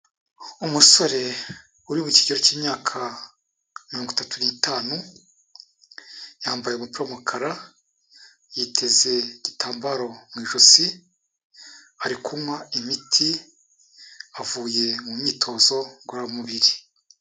Umusore uri mu kigero cy'imyaka mirongo itatu n'itanu, yambaye umupira w'umukara, yiteze igitambaro mu ijosi, ari kunywa imiti, avuye mu myitozo ngororamubiri.